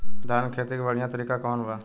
धान के खेती के बढ़ियां तरीका कवन बा?